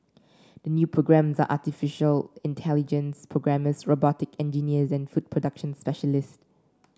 the new programmes are artificial intelligence programmers robotic engineers and food production specialists